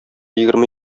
егерме